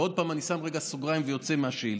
ועוד פעם אני שם רגע סוגריים ויוצא מהשאילתה,